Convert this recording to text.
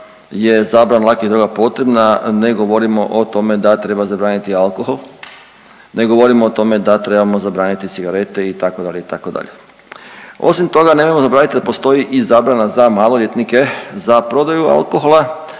je zabrana lakih droga potrebna ne govorimo o tome da treba zabraniti alkohol, ne govorimo o tome da trebamo zabraniti cigarete itd., itd., osim toga nemojmo zaboraviti da postoji i zabrana za maloljetnike za prodaju alkohola